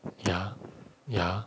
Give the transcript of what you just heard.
ya ya